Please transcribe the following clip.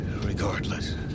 regardless